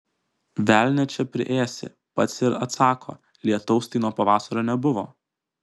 velnią čia priėsi pats ir atsako lietaus tai nuo pavasario nebuvo